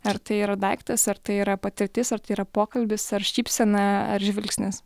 ar tai yra daiktas ar tai yra patirtis ar tai yra pokalbis ar šypsena ar žvilgsnis